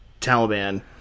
Taliban